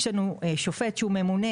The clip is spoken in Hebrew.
יש לנו שופט שהוא ממונה,